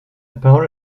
parole